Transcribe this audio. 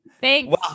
Thanks